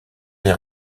les